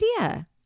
idea